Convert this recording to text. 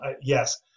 Yes